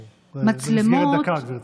אנחנו במסגרת דקה, גברתי.